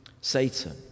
Satan